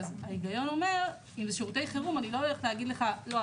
אז ההיגיון אומר אם זה שירותי חירום אני לא אגיד לך לא,